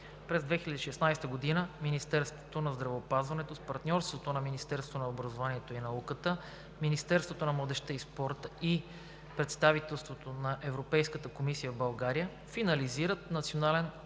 През 2016 г. Министерството на здравеопазването с партньорството на Министерството на образованието и науката, Министерството на младежта и спорта, и представителството на Европейската комисия в България финализират Национален